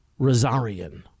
Rosarian